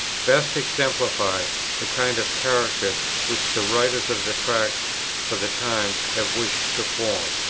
best exemplify the kind of character which the writers of the tracts for the times have wished to form.